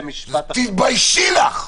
תתביישי לך.